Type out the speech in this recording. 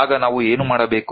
ಆಗ ನಾವು ಏನು ಮಾಡಬೇಕು